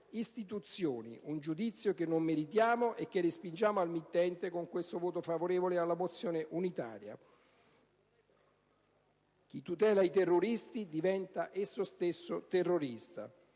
istituzioni, un giudizio che non meritiamo e che respingiamo al mittente con questo voto favorevole alla mozione unitaria. Chi tutela i terroristi diventa esso stesso terrorista.